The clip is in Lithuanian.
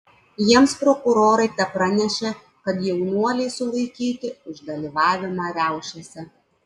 jiems prokurorai tepranešė kad jaunuoliai sulaikyti už dalyvavimą riaušėse